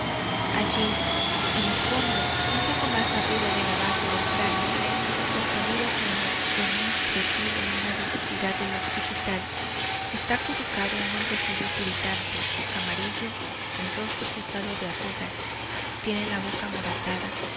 allí en el fondo un poco más arriba de la base del cráneo sostenido como en un pretil en una rugosidad del occipital está acurrucado un hombrecillo tiritante amarillo el rostro cruzado de arrugas tiene la boca amoratada